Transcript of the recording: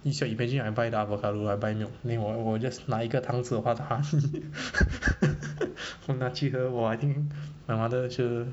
is you imagine I buy the avocado I buy milk then 我我 just 那一个汤匙 of 她的 honey 我拿去喝 !wah! I think my mother sure